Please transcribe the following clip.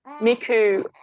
Miku